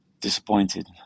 disappointed